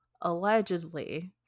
allegedly